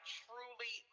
truly